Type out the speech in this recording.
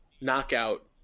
knockout